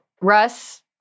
Russ